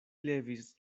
levis